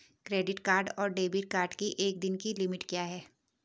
Credit card और debit card की एक दिन की लिमिट क्या है?